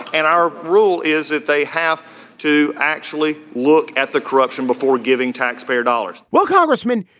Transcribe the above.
and our rule is that they have to actually look at the corruption before giving taxpayer dollars well, congressman,